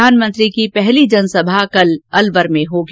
प्रधानमंत्री की पहली सभा कल अलवर में होगी